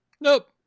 Nope